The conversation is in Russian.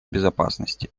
безопасности